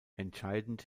entscheidend